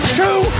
two